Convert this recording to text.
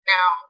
Now